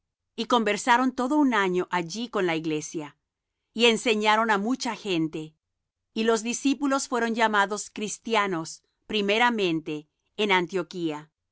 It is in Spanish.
y conversaron todo un año allí con la iglesia y enseñaron á mucha gente y los discípulos fueron llamados cristianos primeramente en antioquía